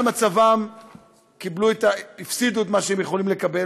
מצבם הפסידו את מה שהם יכולים לקבל,